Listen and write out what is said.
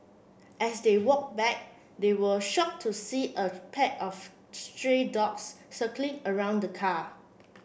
as they walked back they were shocked to see a pack of stray dogs circling around the car